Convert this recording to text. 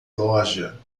loja